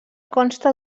consta